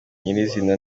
nyir’izina